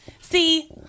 See